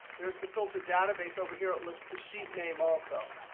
there's the filter database over here. it lists the sheet name also.